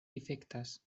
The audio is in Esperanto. difektas